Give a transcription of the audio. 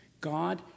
God